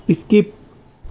skip